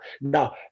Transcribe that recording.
Now